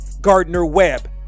Gardner-Webb